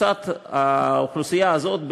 לקבוצת האוכלוסייה הזאת,